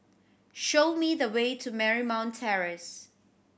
show me the way to Marymount Terrace